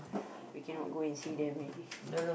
we cannot go and see them already